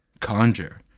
conjure